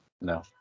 No